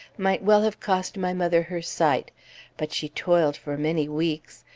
might well have cost my mother her sight but she toiled for many weeks,